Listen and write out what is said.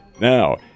Now